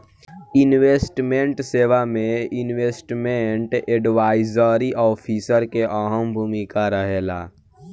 investment सेवा में investment advisory officer के अहम भूमिका रहेला